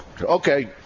Okay